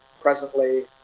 presently